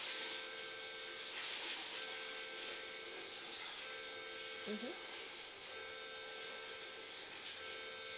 mmhmm